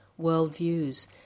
worldviews